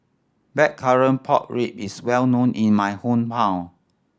Blackcurrant Pork Ribs is well known in my hometown